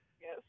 Yes